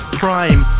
prime